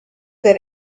that